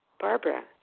Barbara